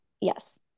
Yes